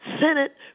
Senate